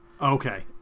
Okay